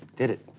did it.